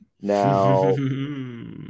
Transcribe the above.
Now